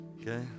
Okay